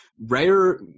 rare